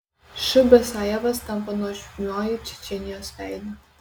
š basajevas tampa nuožmiuoju čečėnijos veidu